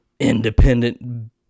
independent